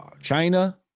China